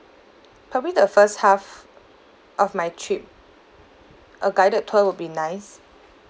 probably the first half of my trip a guided tour would be nice